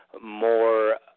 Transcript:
more